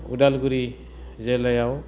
उदालगुरि जिल्लायाव